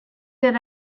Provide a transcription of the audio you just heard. that